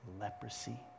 leprosy